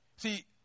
See